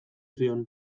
zion